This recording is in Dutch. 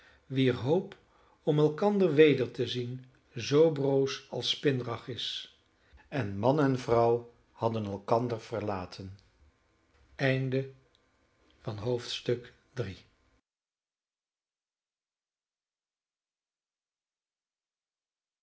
wier hoop om elkander weder te zien zoo broos als spinrag is en man en vrouw hadden elkander verlaten